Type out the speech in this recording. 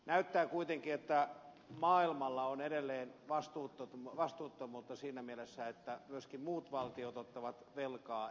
näyttää kuitenkin että maailmalla on edelleen vastuuttomuutta siinä mielessä että myöskin muut valtiot ottavat velkaa ja rahaa painetaan